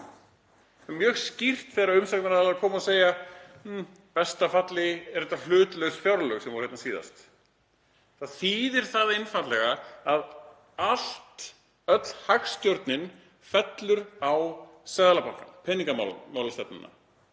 Það er mjög skýrt þegar umsagnaraðilar koma og segja: Í besta falli eru þetta hlutlaus fjárlög sem voru sett hérna síðast. Það þýðir einfaldlega að öll hagstjórnin fellur á Seðlabankann, peningamálastefnuna.